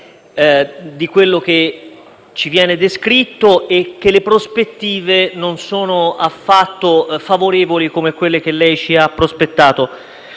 di quello che ci viene descritto e che le prospettive non sono affatto favorevoli come quelle che lei ci ha prospettato.